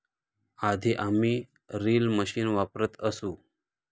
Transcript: आधी आम्ही reel machine वापरत असू